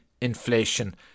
inflation